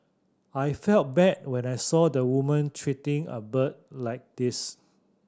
I felt bad when I saw the woman treating a bird like this